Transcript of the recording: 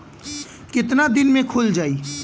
कितना दिन में खुल जाई?